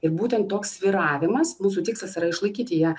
ir būtent toks svyravimas mūsų tikslas yra išlaikyti ją